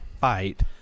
fight